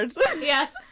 Yes